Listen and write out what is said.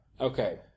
Okay